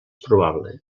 probable